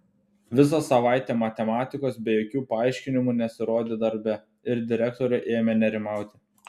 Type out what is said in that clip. visą savaitę matematikas be jokių paaiškinimų nesirodė darbe ir direktorė ėmė nerimauti